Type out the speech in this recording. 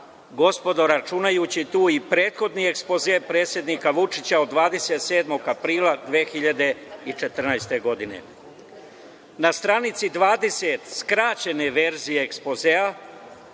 gospodo, računajući tu i prethodni ekspoze predsednika Vučića od 27. aprila 2014. godine. Na stranici 20. skraćene verzije ekspozea